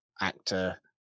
actor